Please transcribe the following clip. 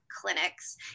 clinics